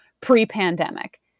pre-pandemic